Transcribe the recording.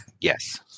Yes